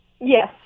Yes